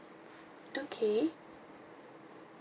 okay